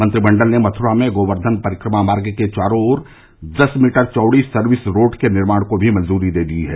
मंत्रिमंडल ने मथुरा में गोवर्धन परिक्रमा मार्ग के चारों ओर दस मीटर चौड़ी सर्विस रोड के निर्माण को भी मंजूरी दे दी है